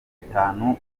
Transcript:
itanu